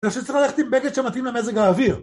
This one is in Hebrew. אני חושב שצריך ללכת עם בגד שמתאים למזג האוויר